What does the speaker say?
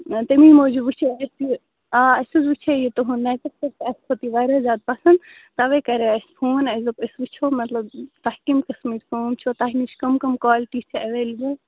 تمے موٗجُب وچھے اسہ یہ آ اسہ حظ وچھے یہ تُہُنٛد نیٚٹَس پیٚٹھ اسہ کھوٚت یہ واریاہ زیاد پَسَنٛد توے کریٚو اسہ فون اسہ دوٚپ أسۍ وچھو تۄہہِ کمہ قسمچ کٲم چھو تۄہہِ نِش کم کم کالٹی چھ اویلیبل